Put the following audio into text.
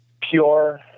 pure